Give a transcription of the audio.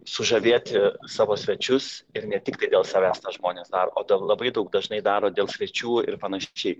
sužavėti savo svečius ir ne tiktai dėl savęs tą žmonės daro o dar labai daug dažnai daro dėl svečių ir panašiai